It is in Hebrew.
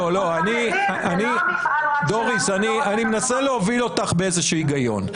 דוריס, אני מנסה להוביל אותך באיזשהו היגיון.